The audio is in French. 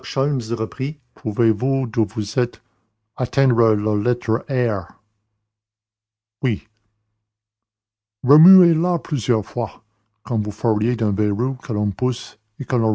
pouvez-vous d'où vous êtes atteindre la lettre r oui remuez la plusieurs fois comme vous feriez d'un verrou que l'on pousse